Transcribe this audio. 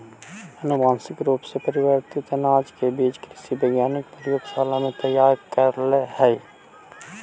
अनुवांशिक रूप से परिवर्तित अनाज के बीज कृषि वैज्ञानिक प्रयोगशाला में तैयार करऽ हई